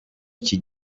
iki